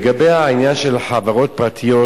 לגבי העניין של חברות פרטיות,